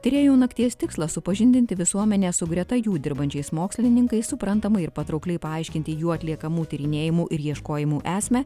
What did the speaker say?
tyrėjų nakties tikslas supažindinti visuomenę su greta jų dirbančiais mokslininkais suprantamai ir patraukliai paaiškinti jų atliekamų tyrinėjimų ir ieškojimų esmę